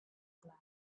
glass